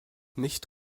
nicht